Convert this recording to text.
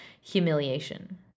humiliation